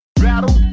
Rattle